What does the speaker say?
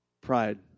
pride